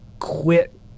quit